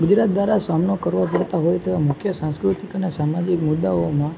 કુદરત દ્વારા સામનો કરવો પડતો હોય તો મુખ્ય સાંસ્કૃતિક અને સામાજિક મુદ્દાઓમાં